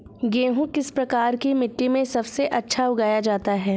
गेहूँ किस प्रकार की मिट्टी में सबसे अच्छा उगाया जाता है?